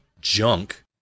junk